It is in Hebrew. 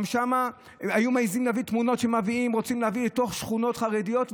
גם שם היו מעיזים להביא תמונות שרוצים להביא לתוך שכונות חרדיות?